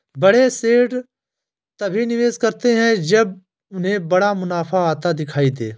बड़े सेठ तभी निवेश करते हैं जब उन्हें बड़ा मुनाफा आता दिखाई दे